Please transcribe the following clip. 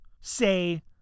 Say